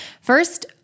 First